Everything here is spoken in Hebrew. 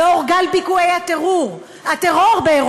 לנוכח גל פיגועי הטרור באירופה.